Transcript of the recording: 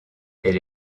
elle